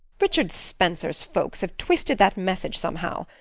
richard spencer's folks have twisted that message somehow.